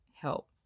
help